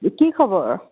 কি খবৰ